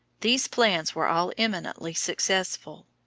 these plans were all eminently successful.